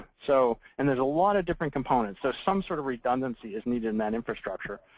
so and there's a lot of different components. so some sort of redundancy is needed in that infrastructure.